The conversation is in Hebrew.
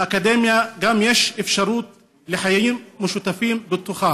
באקדמיה גם יש אפשרות לחיים משותפים בתוכה.